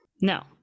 No